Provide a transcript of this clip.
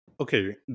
Okay